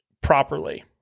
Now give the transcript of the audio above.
properly